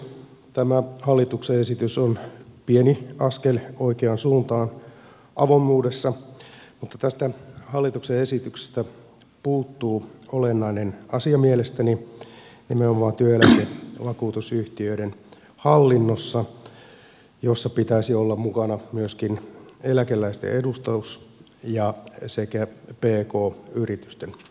tämä hallituksen esitys on pieni askel oikeaan suuntaan avoimuudessa mutta tästä hallituksen esityksestä puuttuu olennainen asia mielestäni nimenomaan työeläkevakuutusyhtiöiden hallinnossa jossa pitäisi olla mukana myöskin eläkeläisten edustus sekä pk yritysten edustus